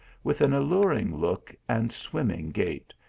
with an alluring look and swimming gait,